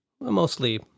mostly